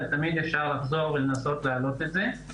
אבל תמיד אפשר לחזור ולנסות להעלות את זה.